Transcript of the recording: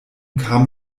kam